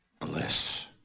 bliss